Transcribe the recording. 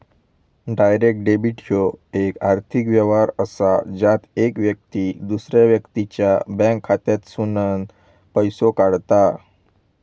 direct debit ह्यो येक आर्थिक व्यवहार असा ज्यात येक व्यक्ती दुसऱ्या व्यक्तीच्या बँक खात्यातसूनन पैसो काढता